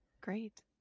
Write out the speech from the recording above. great